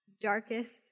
darkest